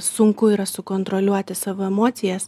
sunku yra sukontroliuoti savo emocijas